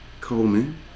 Coleman